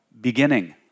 beginning